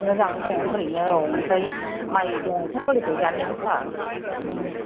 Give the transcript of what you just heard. मोजां दं ओरैनो औ आमफ्राय माइ दं ओंखाम गोरलैफ्रावबो जानो लेंहरबाल उम